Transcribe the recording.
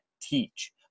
teach